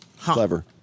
Clever